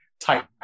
type